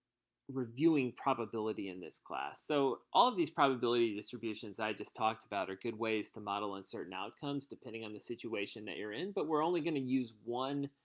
reviewing probability in this class. so all of these probability distributions i just talked about are good ways to model and certain outcomes, depending on the situation that you're in. but we're only going to use one